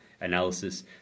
Analysis